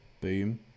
boom